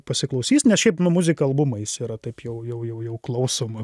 pasiklausys nes šiaip nu muzika albumais yra taip jau jau jau jau klausoma